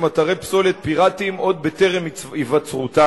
אתרי פסולת פיראטיים עוד בטרם היווצרותם,